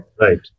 Right